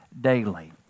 daily